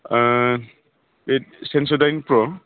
बे सेन्स'डाइन प्र'